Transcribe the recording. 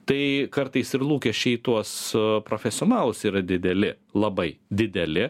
tai kartais ir lūkesčiai į tuos profesionalus yra dideli labai dideli